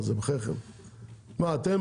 אתם